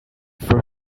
for